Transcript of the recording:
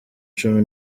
cumi